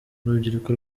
urubyiruko